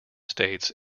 states